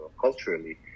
culturally